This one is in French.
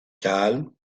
calme